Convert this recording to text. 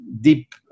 deep